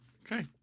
okay